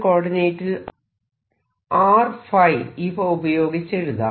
കോർഡിനേറ്റിൽ R ϕ ഇവ ഉപയോഗിച്ചെഴുതാം